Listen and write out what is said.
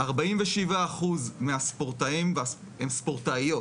47% הן ספורטאיות.